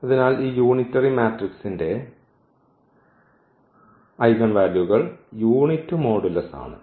അതിനാൽ ഈ യൂണിറ്ററി മാട്രിക്സിന്റെ ഐഗൻ വാല്യൂകൾ യൂണിറ്റ് മോഡുലസ് ആണ്